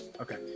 okay